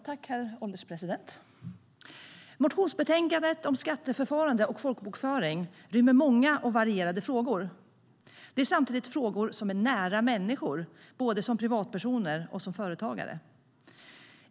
Herr ålderspresident! Motionsbetänkandet om skatteförfarande och folkbokföring rymmer många och varierade frågor. Det är samtidigt frågor som är nära människor, både som privatpersoner och som företagare.